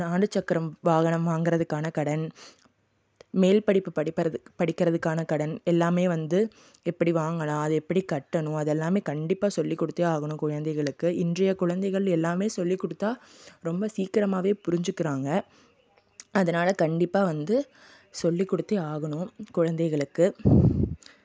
நாலு சக்கரம் வாகனம் வாங்கிறதுக்கான கடன் மேல் படிப்பு படிக்கிற படிக்கிறதுக்கான கடன் எல்லாமே வந்து எப்படி வாங்கலாம் அதை எப்படி கட்டணும் அது எல்லாமே கண்டிப்பாக சொல்லி கொடுத்தே ஆகணும் குழந்தைகளுக்கு இன்றைய குழந்தைகள் எல்லாமே சொல்லி கொடுத்தா ரொம்ப சீக்கிரமாகவே புரிஞ்சுக்கிறாங்க அதனால் கண்டிப்பாக வந்து சொல்லி கொடுத்தே ஆகணும் குழந்தைகளுக்கு